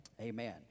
amen